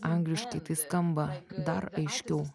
angliškai tai skamba dar aiškiau